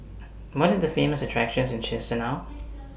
money The Famous attractions in Chisinau